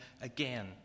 again